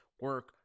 Work